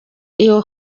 iyo